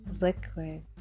liquid